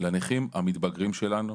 לנכים המתבגרים שלנו.